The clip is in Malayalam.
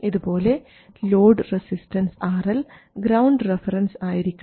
ഇതുപോലെ load resistance RL ground reference ആയിരിക്കണം